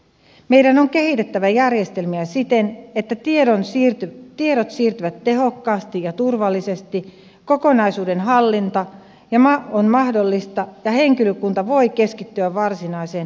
meidän on kehitettävä järjestelmiä siten että tiedot siirtyvät tehokkaasti ja turvallisesti kokonaisuuden hallinta on mahdollista ja henkilökunta voi keskittyä varsinaiseen hoitoon ja hoitotyöhön